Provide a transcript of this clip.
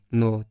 no